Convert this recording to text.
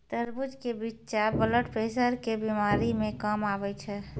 तरबूज के बिच्चा ब्लड प्रेशर के बीमारी मे काम आवै छै